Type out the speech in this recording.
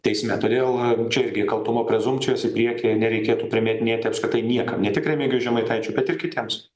teisme todėl čia irgi kaltumo prezumpcijos į priekį nereikėtų primetinėti apskritai niekam ne tik remigijui žemaitaičiui bet ir kitiems